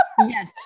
Yes